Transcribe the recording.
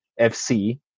FC